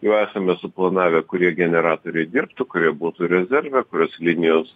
jau esame suplanavę kurie generatoriai dirbtų kurie būtų rezerve kurios linijos